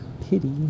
pity